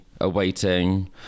awaiting